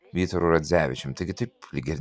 vytaru radzevičium taigi taip lyg ir